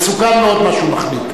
מסוכן מאוד מה שהוא מחליט.